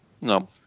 No